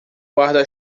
guarda